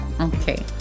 Okay